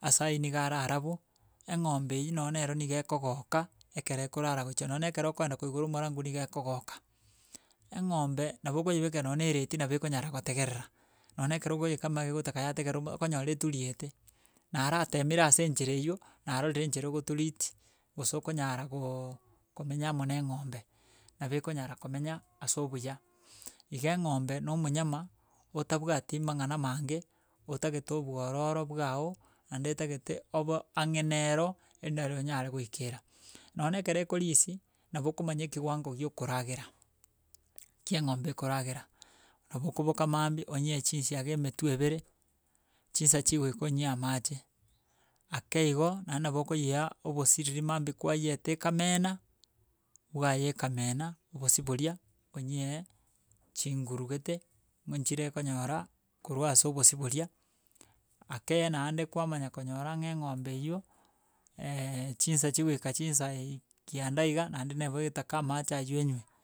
ase aywo nigo ara arabu, eng'ombe eyi noo nero nigo ekogoka ekero ekorara goicha. Nonye na ekero okoenda koigora omorango nigo ekogoka. Eng'ombe nabo okoyebekera nonye na eredio nabo ekonyara gotegerera, nonye na ekero okoyekama nigo egotaka yategerera, okonyora eturiete, naratemire ase enchera eywo, narorire enchera ogotreat gose okonyara gooo komenya amo na eng'ombe, nabo ekonyara komenya ase obuya. Iga eng'ombe, na omonyama, otabwati mang'ana mange, otagete obwororo bwago, naende etagete obe ang'e nero, endaro onyare goikera. Nonye na ekero ekorisia, nabo okomanya ekiwango giokoragera kia eng'ombe ekoragera, nabo okoboka mambia onyee chinsiaga emetwe ebere, chinsa chigoika onyie amache, ake igo naende nabo okoyea obosie riria mambia kwayeete ekamena, bwayee ekamena obosi boria onyie chinguru gete ngonchire konyora, korwa ase obosi boria, ake naende kwamanya konyora ng'a eng'ombe eywo, chinsa chigoika chinsa eei kianda iga naende nabo etaka amache aywo enywe.